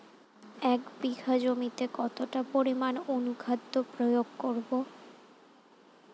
এক বিঘা জমিতে কতটা পরিমাণ অনুখাদ্য প্রয়োগ করব?